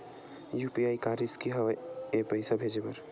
UPI का रिसकी हंव ए पईसा भेजे बर?